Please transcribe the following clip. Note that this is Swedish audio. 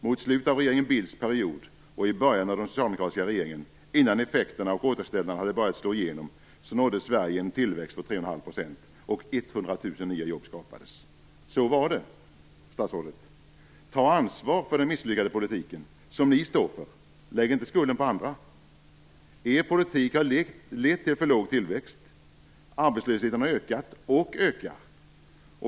Mot slutet av regeringen Bildts period och i början av den socialdemokratiska regeringen, innan effekterna av återställarna hade börjat slå igenom, nådde Sverige en tillväxt på 3,5 % och 100 000 nya jobb skapades. Så var det, statsrådet. Ta ansvar för den misslyckade politiken, som ni står för. Lägg inte skulden på andra. Er politik har lett till för låg tillväxt. Arbetslösheten har ökat och ökar.